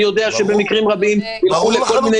אני יודע שבמקרים רבים ילכו לכל מיני